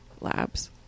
labs